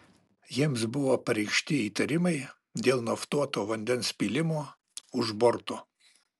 jiems buvo pareikšti įtarimai dėl naftuoto vandens pylimo už borto